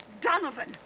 Donovan